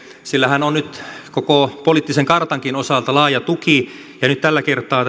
sillähän on nyt koko poliittisen kartankin osalta laaja tuki ja nyt tällä kertaa